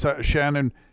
Shannon